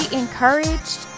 encouraged